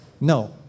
no